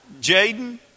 Jaden